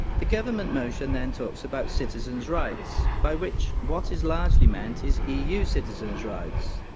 the government motion then talks about citizens' rights, by which what is largely meant is eu citizens' rights.